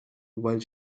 while